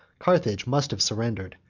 carthage must have surrendered,